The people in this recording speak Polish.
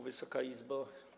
Wysoka Izbo!